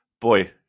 boy